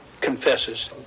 confesses